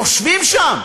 יושבים שם.